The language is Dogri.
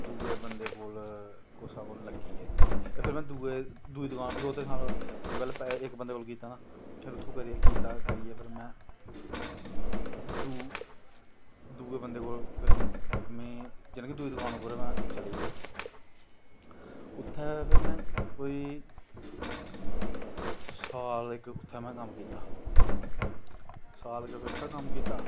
दुए बंदे कोल कुसै कोल लग्गिया जी ते फिर में दुई दकानै पर इक बंदे कोल कीता ना फिर उत्थूं करियै में दुए बंदे कोल फिर जानि के दुई दकान पर में चलिया उत्थां दा फिर में कोई साल इक उत्थें कम्म कीती साल इक फिर उत्थें कम्म कीता